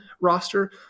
roster